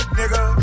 nigga